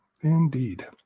Indeed